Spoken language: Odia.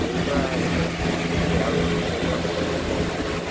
ଏଇତ ଏଇ ଜଷ୍ଟ ପହଞ୍ଚିଲି ଆଉ ପରିବା ପତ୍ର କେତେ ହୋଇଛି